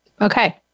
Okay